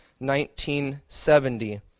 1970